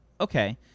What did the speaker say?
okay